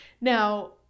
Now